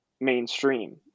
mainstream